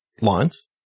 lines